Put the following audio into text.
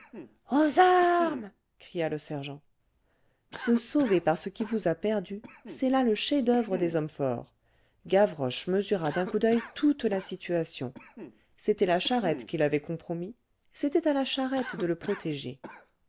aux armes cria le sergent se sauver par ce qui vous a perdu c'est là le chef-d'oeuvre des hommes forts gavroche mesura d'un coup d'oeil toute la situation c'était la charrette qui l'avait compromis c'était à la charrette de le protéger